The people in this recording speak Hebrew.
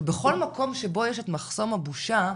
שבכל מקום שבו יש את מחסום הבושה,